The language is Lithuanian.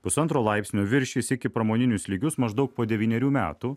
pusantro laipsnio viršys iki pramoninius lygius maždaug po devynerių metų